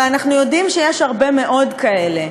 הרי אנחנו יודעים שיש הרבה מאוד כאלה,